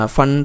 Fun